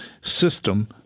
system